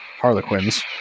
Harlequins